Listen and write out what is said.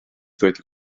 ddweud